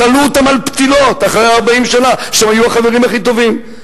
צלו אותם על פתילות אחרי 40 שנה שהם היו החברים הכי טובים,